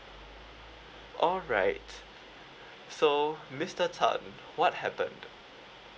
alright so mister tan what happened